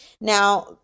Now